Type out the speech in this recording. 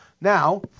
Now